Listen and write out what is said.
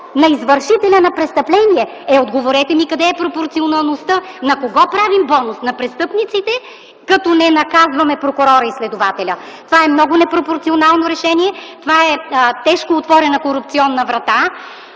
на извършителя на престъпление. Е, отговорете ми къде е пропорционалността? На кого правим бонус? На престъпниците, като не наказваме прокурора и следователя. Това е много непропорционално решение, това е тежко отворена корупционна врата.